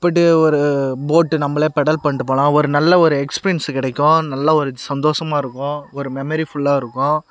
போய்ட்டு ஒரு போட் நம்மளே பெடல் பண்ணிட்டு போகலாம் ஒரு நல்ல ஒரு எக்ஸ்பீரியன்ஸ் கிடைக்கும் நல்ல ஒரு சந்தோசமாக இருக்கும் ஒரு மெமரிஃபுல்லாக இருக்கும்